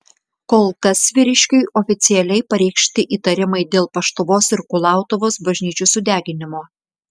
kol kas vyriškiui oficialiai pareikšti įtarimai dėl paštuvos ir kulautuvos bažnyčių sudeginimo